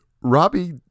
Robbie